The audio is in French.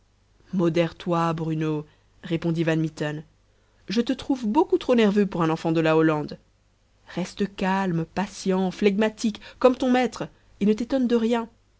modère toi bruno répondit van mitten je te trouve beaucoup trop nerveux pour un enfant de la hollande reste calme patient flegmatique comme ton maître et ne t'étonne de rien